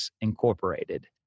Incorporated